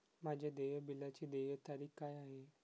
माझ्या देय बिलाची देय तारीख काय आहे?